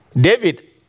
David